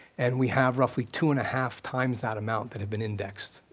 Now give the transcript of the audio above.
and we have roughly two and a half times that amount that have been indexed.